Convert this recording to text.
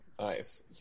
Nice